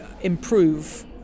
improve